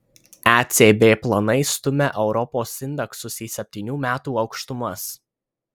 ecb planai stumia europos indeksus į septynių metų aukštumas